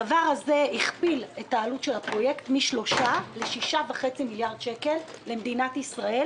הדבר הזה הכפיל את עלות הפרויקט מ-3 ל-6.5 מיליארד שקל למדינת ישראל,